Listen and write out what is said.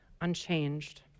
unchanged